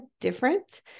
different